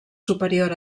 superior